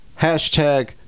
Hashtag